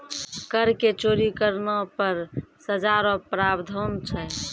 कर के चोरी करना पर सजा रो प्रावधान छै